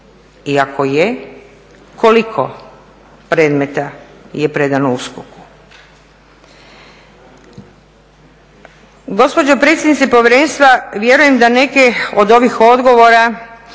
ako je, koliko predmeta je predano USKOK-u.